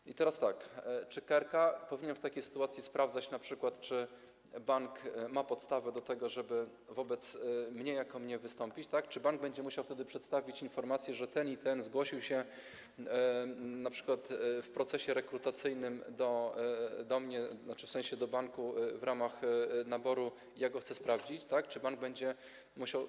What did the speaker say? I teraz tak: Czy KRK powinien w takiej sytuacji sprawdzać np., czy bank ma podstawę do tego, żeby wobec mnie jako mnie wystąpić, tak, czy bank będzie musiał wtedy przedstawić informacje, że ten i ten zgłosił się np. w procesie rekrutacyjnym do mnie, tzn. w sensie: do banku w ramach naboru, i ja go chcę sprawdzić, tak, czy bank będzie musiał?